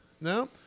No